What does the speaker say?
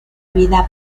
vida